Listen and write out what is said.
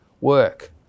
work